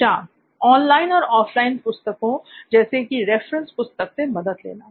Shyam online और offline पुस्तकों जैसे कि रेफरेंस पुस्तक से मदद लेना